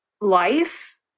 life